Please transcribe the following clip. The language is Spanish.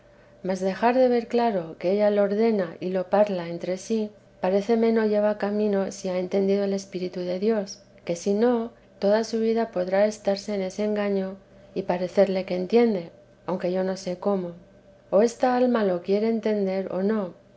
mas dejar de ver claro que ella lo ordena y lo parla entre sí paréceme no lleva camino si ha entendido el espíritu de dios que si no toda su vida podrá estarse en ese engaño y parecerle que entiende aunque yo no sé cómo o esta alma lo quiere entender o no